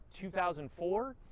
2004